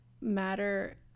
matter